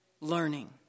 learning